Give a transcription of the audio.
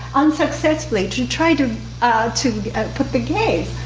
unsuccessfully, to try to to put the gaze.